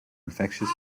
infectious